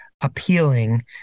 appealing